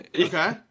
Okay